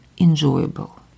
enjoyable